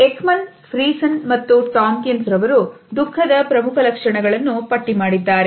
Ekman Friesen ಮತ್ತು Tomkins ರವರು ದುಃಖದ ಪ್ರಮುಖ ಲಕ್ಷಣಗಳನ್ನು ಪಟ್ಟಿ ಮಾಡಿದ್ದಾರೆ